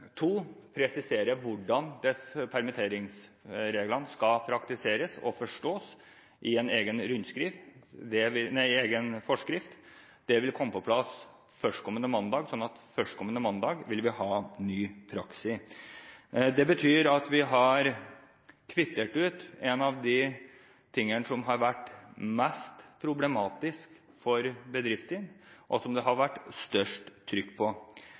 presiserer hvordan permitteringsreglene skal praktiseres og forstås i en egen forskrift. Det vil komme på plass førstkommende mandag, så da vil vi ha ny praksis. Det betyr at vi har kvittert ut en av de tingene som har vært mest problematisk for bedriftene, og som det har vært størst trykk på. Regjeringen viser handlekraft, kvitterer ut raskt der man ser problemer, nettopp fordi vi følger utviklingen på